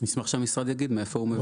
נשמח שהמשרד יגיד מאיפה הוא מביא.